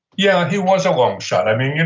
yeah, he was a long shot. i mean,